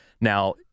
Now